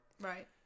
Right